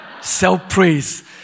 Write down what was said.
Self-praise